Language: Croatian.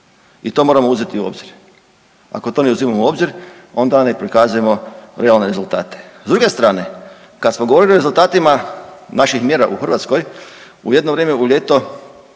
i to moramo uzeti u obzir, ako to ne uzimamo u obzir onda ne prikazujemo realne rezultate. S druge strane kada smo govorili o rezultatima naših mjera u Hrvatskoj u jedno vrijeme u ljeto